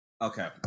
Okay